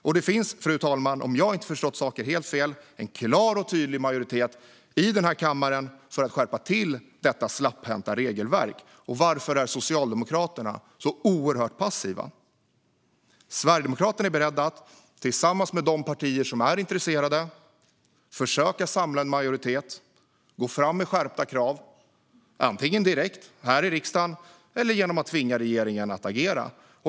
Om jag inte har förstått saken helt fel, fru talman, finns det en klar och tydlig majoritet i denna kammare för att skärpa till detta slapphänta regelverk. Varför är Socialdemokraterna så oerhört passiva? Sverigedemokraterna är beredda att, tillsammans med de partier som är intresserade, försöka samla en majoritet och gå fram med skärpta krav - antingen direkt här i riksdagen eller genom att tvinga regeringen att agera.